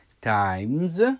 times